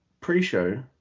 pre-show